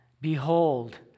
Behold